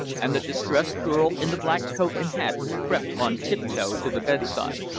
and the distressed girl in the black coat and hat crept on tiptoe to the bedside.